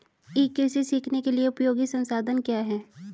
ई कृषि सीखने के लिए उपयोगी संसाधन क्या हैं?